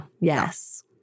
Yes